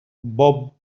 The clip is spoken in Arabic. بوب